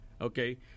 okay